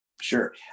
Sure